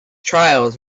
trials